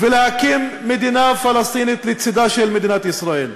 ולהקמת מדינה פלסטינית לצדה של מדינת ישראל.